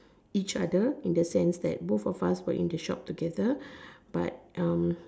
each other in the sense that both of us were in the shop together but um